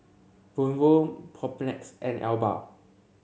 Vono Propnex and Alba